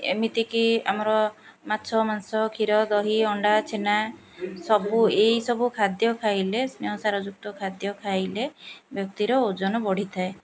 ଏମିତିକି ଆମର ମାଛ ମାଂସ କ୍ଷୀର ଦହି ଅଣ୍ଡା ଛେନା ସବୁ ଏଇସବୁ ଖାଦ୍ୟ ଖାଇଲେ ସ୍ନେହସାର ଯୁକ୍ତ ଖାଦ୍ୟ ଖାଇଲେ ବ୍ୟକ୍ତିର ଓଜନ ବଢ଼ିଥାଏ